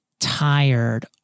Tired